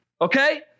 Okay